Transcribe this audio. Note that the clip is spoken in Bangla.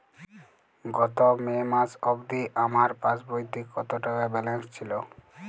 গত মে মাস অবধি আমার পাসবইতে কত টাকা ব্যালেন্স ছিল?